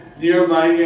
nearby